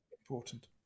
important